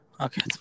okay